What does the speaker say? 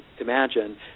imagine